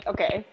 Okay